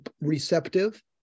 receptive